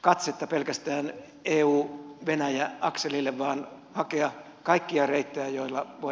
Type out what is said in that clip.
katsetta pelkästään euvenäjä akselille vaan hakea kaikkia reittejä joilla voidaan toimia hedelmällisesti eteenpäin